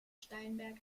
steinberg